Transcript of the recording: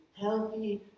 healthy